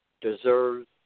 deserves